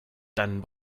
dann